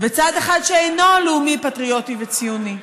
וצד אחד שאינו לאומי, פטריוטי וציוני.